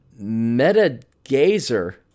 MetaGazer